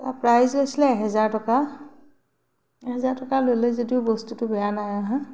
তাৰ প্ৰাইচ লৈছিলে এহেজাৰ টকা এহেজাৰ টকা ল'লে যদিও বস্তুটো বেয়া নাই অহা